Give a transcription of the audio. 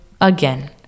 again